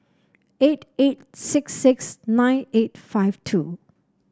eight eight six six nine eight five two